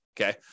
Okay